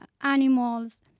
animals